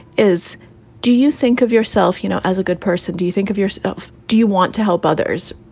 is do you think of yourself, you know, as a good person? do you think of yourself? do you want to help others?